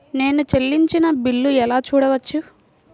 నేను చెల్లించిన బిల్లు ఎలా చూడవచ్చు?